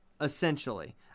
essentially